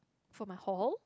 for my hall